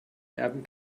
erben